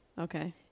okay